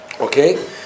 okay